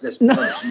No